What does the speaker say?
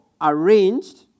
arranged